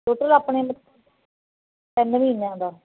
total ਆਪਣੇ ਤਿੰਨ ਮਹੀਨਿਆਂ ਦਾ